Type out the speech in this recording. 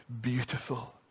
beautiful